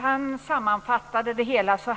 Han sammanfattade tobaksrökandet så